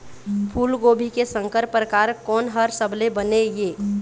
फूलगोभी के संकर परकार कोन हर सबले बने ये?